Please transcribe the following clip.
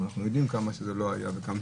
ואנחנו יודעים כמה שזה היה קשה,